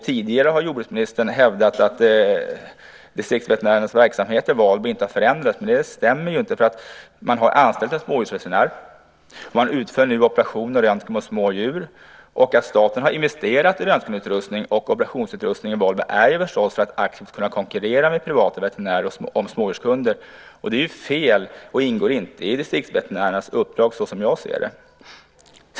Tidigare har jordbruksministern hävdat att distriktsveterinärernas verksamhet i Valbo inte har förändrats, men det stämmer inte. Man har anställt en smådjursveterinär, och man utför nu operationer och röntgen på små djur. Staten har förstås investerat i röntgenutrustning och operationsutrustning i Valbo för att aktivt kunna konkurrera med privata veterinärer om smådjurskunderna. Det är fel och ingår inte i distriktsveterinärernas uppdrag, såsom jag ser det.